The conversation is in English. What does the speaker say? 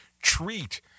Treat